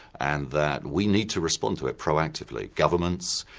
and that we need to respond to it proactively governments,